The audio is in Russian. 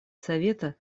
совета